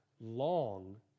long